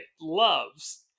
loves